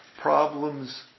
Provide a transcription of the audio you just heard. problems